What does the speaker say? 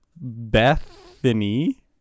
Bethany